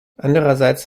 andererseits